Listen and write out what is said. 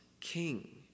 king